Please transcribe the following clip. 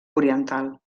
oriental